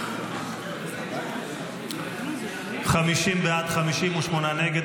יבגני סובה, 58 נגד.